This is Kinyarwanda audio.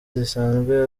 zisanzwe